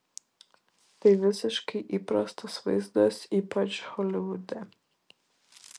tai visiškai įprastas vaizdas ypač holivude